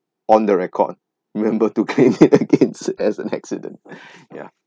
on the record remember to claim it against as an accident ya